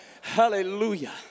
Hallelujah